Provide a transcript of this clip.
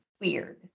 weird